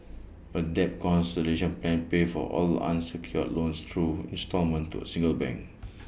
A debt consolidation plan pays for all unsecured loans through instalment to A single bank